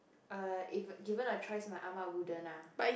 but if given a choice my Ah-Ma wouldn't lah